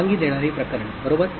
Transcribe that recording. परवानगी देणारी प्रकरणे बरोबर